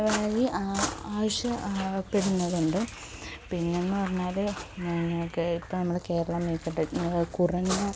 വഴി ആവശ്യ പെടുന്നതുണ്ട് പിന്നെയെന്നു പറഞ്ഞാൽ പിന്നെ ഇപ്പം നമ്മളുടെ കേരളം ഇപ്പം കുറഞ്ഞ